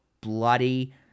bloody